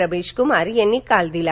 रमेशक्मार यांनी काल दिला